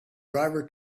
driver